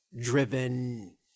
driven